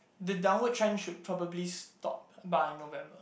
the downward trend should probably stop by November